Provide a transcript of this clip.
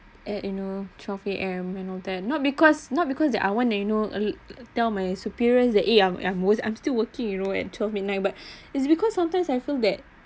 at you know twelve A_M you know that not because not because that I want they know a tell my superior that eh I'm wor~ I'm still working you know at twelve midnight but it's because sometimes I feel that